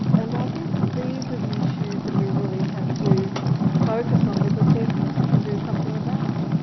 and i think that these are the issues that we really have to focus on, because they're things we can do something about.